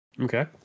Okay